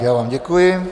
Já vám děkuji.